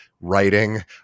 writing